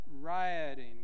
rioting